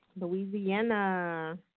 Louisiana